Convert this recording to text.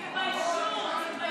תתביישו.